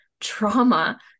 trauma